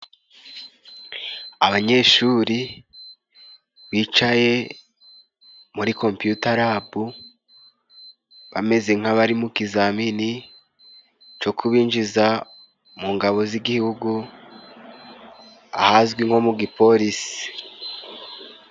Abanyeshuri bicaye muri kompiyuta labu bameze nkabari mu kizamini co kubinjiza mu ngabo z'igihugu ahazwi nko mu gipolisi.